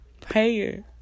prayer